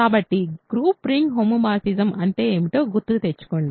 కాబట్టి group ring homomorphism అంటే ఏమిటో గుర్తుకు తెచ్చుకోండి